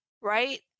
right